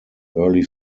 early